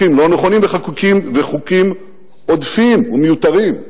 חוקים לא נכונים וחוקים עודפים ומיותרים.